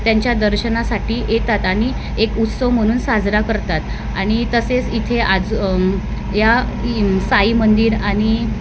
त्यांच्या दर्शनासाठी येतात आणि एक उत्सव म्हणून साजरा करतात आणि तसेच इथे आज या साई मंदिर आणि